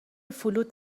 فلوت